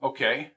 Okay